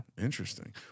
interesting